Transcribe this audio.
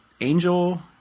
Angel